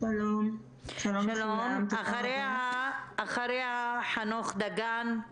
אחריה חנן דגן;